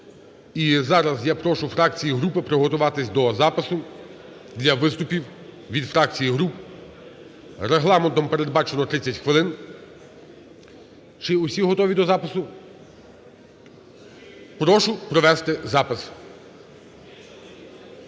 зараз я прошу фракції і групи приготуватись до запису для виступів від фракцій і груп. Регламентом передбачено 30 хвилин. Чи усі готові до запису? Прошу провести запис.